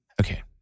Okay